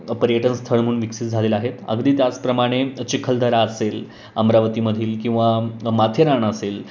पर्यटन स्थळ म्हणून विकसित झालेलं आहे अगदी त्याचप्रमाणे चिखलदरा असेल अमरावतीमधील किंवा माथेरान असेल